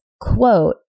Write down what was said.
quote